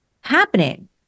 happening